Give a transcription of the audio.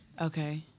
Okay